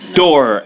door